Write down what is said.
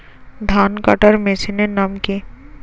ধান কাটার মেশিনের নাম কি?